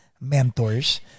mentors